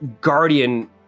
Guardian